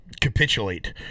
capitulate